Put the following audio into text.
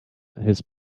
his